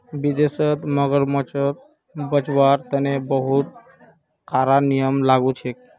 विदेशत मगरमच्छ बचव्वार तने बहुते कारा नियम लागू छेक